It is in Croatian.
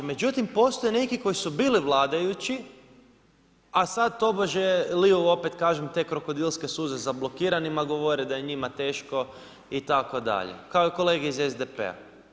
Međutim postoji neki koji su bili vladajući, a sad tobože liju opet te krokodilske suze za blokiranima, govore da je njima teško itd. kao i kolege iz SDP-a.